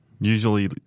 usually